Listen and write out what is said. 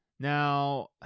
Now